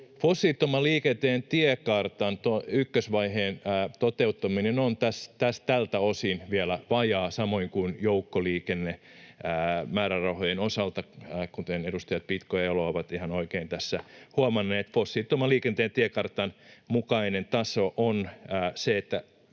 Fossiilittoman liikenteen tiekartan ykkösvaiheen toteuttaminen on tältä osin vielä vajaa, samoin kuin joukkoliikennemäärärahojen osalta, kuten edustajat Pitko ja Elo ovat ihan oikein tässä huomanneet. Fossiilittoman liikenteen tiekartan mukainen taso on se, että